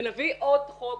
ונביא עוד חוק.